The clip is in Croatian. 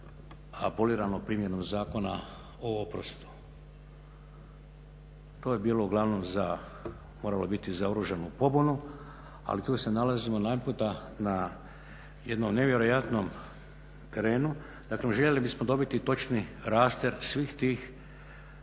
abolirano primjenom Zakona o oprostu. To je bilo uglavnom za, moralo je biti za oružanu pobunu ali tu se nalazimo najedanputa na jednom nevjerojatnom terenu, dakle željeli bismo dobiti točni raster svih tih,